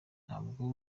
ntabwo